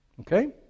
Okay